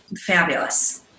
fabulous